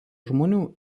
žmonių